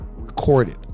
recorded